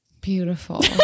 beautiful